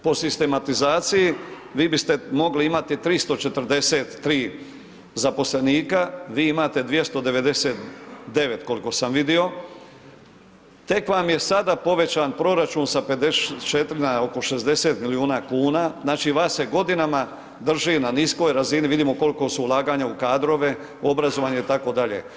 Po sistematizaciji, vi biste mogli imati 343 zaposlenika, vi imate 299 koliko sam vidio, tek vam je sada povećan proračun sa 54 na oko 60 milijuna kuna, znači vas se godinama drži na niskoj razini, vidimo koliko su ulaganja u kadrove, obrazovanje itd.